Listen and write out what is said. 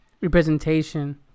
representation